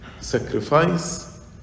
Sacrifice